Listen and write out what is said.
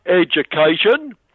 education